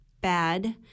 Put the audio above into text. bad